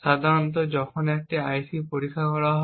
সাধারণত যখন একটি IC পরীক্ষা করা হয়